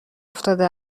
افتاده